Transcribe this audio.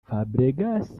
fabregas